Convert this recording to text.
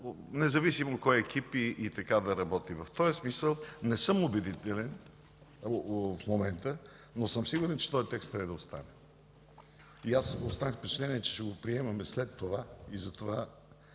независимо кой екип да работи. В този смисъл не съм убедителен в момента, но съм сигурен, че този текст трябва да остане. Аз останах с впечатление, че ще го приемем след това и затова